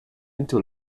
into